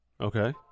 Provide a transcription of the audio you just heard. Okay